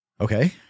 Okay